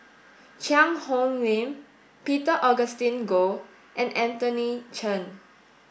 Cheang Hong Lim Peter Augustine Goh and Anthony Chen